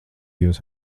jūs